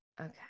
okay